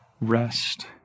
rest